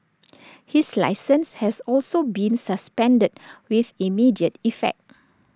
his licence has also been suspended with immediate effect